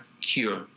cure